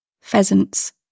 Pheasants